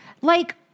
Like-